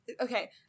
Okay